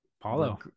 Paulo